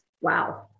wow